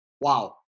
wow